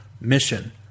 Mission